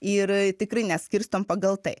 ir tikrai neskirstom pagal tai